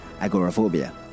agoraphobia